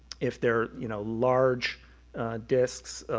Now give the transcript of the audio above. if they're, you know, large discs,